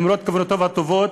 למרות כוונותיו הטובות,